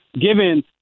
given